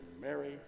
mary